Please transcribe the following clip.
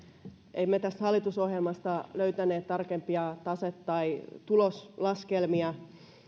emme tästä hallitusohjelmasta löytäneet tarkempia tase tai tuloslaskelmia